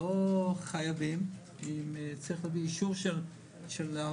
לא חייבים, אם צריך להביא אישור של ההורים.